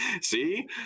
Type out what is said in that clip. See